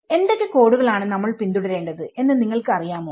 എന്തൊക്കെ കോഡുകളാണ് നമ്മൾ പിന്തുടരേണ്ടത് എന്ന് നിങ്ങൾക്ക് അറിയാമോ